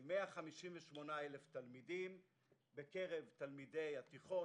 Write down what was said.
כ-158,000 תלמידים בקרב תלמידי התיכון,